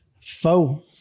foe